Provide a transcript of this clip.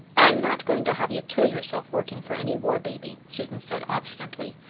i am not going to have you kill yourself working for any war-baby, susan said obstinately.